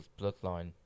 Bloodline